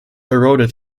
eroded